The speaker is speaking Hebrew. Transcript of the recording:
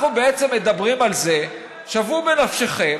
שוו בנפשכם